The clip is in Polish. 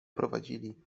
prowadzili